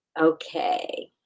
Okay